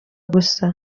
gusa